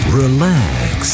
relax